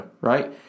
Right